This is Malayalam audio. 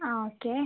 ആ ഓക്കെ